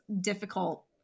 difficult